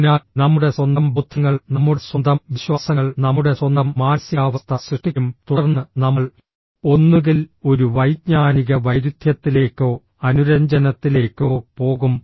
അതിനാൽ നമ്മുടെ സ്വന്തം ബോധ്യങ്ങൾ നമ്മുടെ സ്വന്തം വിശ്വാസങ്ങൾ നമ്മുടെ സ്വന്തം മാനസികാവസ്ഥ സൃഷ്ടിക്കും തുടർന്ന് നമ്മൾ ഒന്നുകിൽ ഒരു വൈജ്ഞാനിക വൈരുദ്ധ്യത്തിലേക്കോ അനുരഞ്ജനത്തിലേക്കോ പോകും